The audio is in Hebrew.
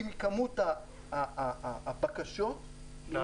כלומר, פחות מחצי מכמות הבקשות נתקבלו.